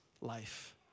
life